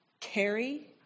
carry